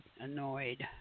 annoyed